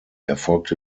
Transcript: erfolgte